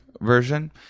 version